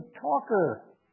talker